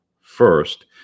first